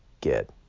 get